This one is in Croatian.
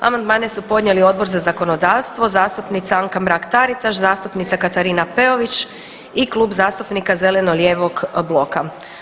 Amandmane su podnijeli Odbor za zakonodavstvo, zastupnica Anka Mrak-Taritaš, zastupnica Katarina Peović i Klub zastupnika zeleno-lijevog bloka.